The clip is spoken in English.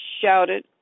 shouted